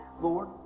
Lord